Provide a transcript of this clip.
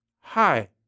hi